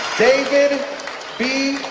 david b.